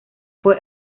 fue